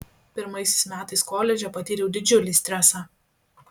pirmaisiais metais koledže patyriau didžiulį stresą